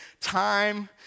time